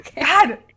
God